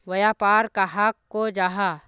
व्यापार कहाक को जाहा?